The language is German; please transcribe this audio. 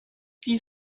die